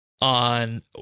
on